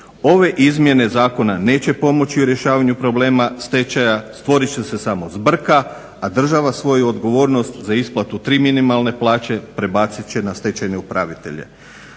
Ove izmjene zakona neće pomoći u problema stečaja stvorit će se samo zbrka, a država svoju odgovornost za isplatu tri minimalne plaće prebacit će na stečajne upravitelje.